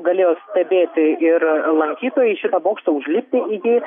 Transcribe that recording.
galėjo stebėti ir lankytojai šitą bokštą užlipti į jį